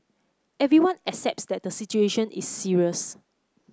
everyone accepts that the situation is serious